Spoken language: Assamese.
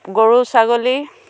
গৰু ছাগলী